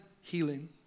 healing